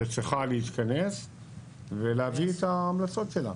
שצריכה להתכנס ולהביא את ההמלצות שלה.